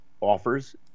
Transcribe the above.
offers